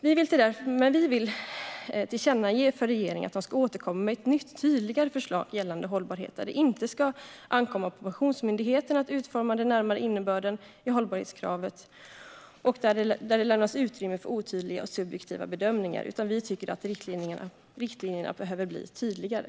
Vi vill därför tillkännage för regeringen att den ska återkomma med ett nytt, tydligare förslag gällande hållbarhet. Det ska inte ankomma på Pensionsmyndigheten att utforma den närmare innebörden i hållbarhetskraven, där det lämnas utrymme för otydliga och subjektiva bedömningar. Vi tycker att riktlinjerna behöver bli tydligare.